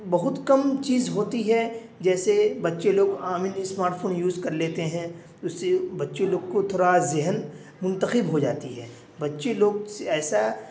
بہت کم چیز ہوتی ہے جیسے بچے لوگ عام ان اسمارٹ فون یوز کر لیتے ہیں اس سے بچے لوگ کو تھوڑا ذہن منتخب ہو جاتی ہے بچے لوگ ایسا